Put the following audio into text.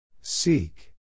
Seek